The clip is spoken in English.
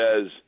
says